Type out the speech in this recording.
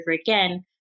again